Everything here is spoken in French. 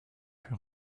fut